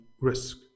risk